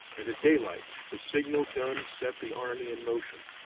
and at daylight the signal gun set the army in motion.